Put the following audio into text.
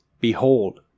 Behold